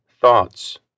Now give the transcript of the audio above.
thoughts